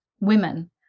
women